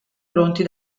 pronti